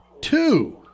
Two